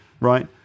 right